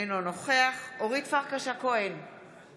אינו נוכח אורית פרקש הכהן,